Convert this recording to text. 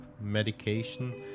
medication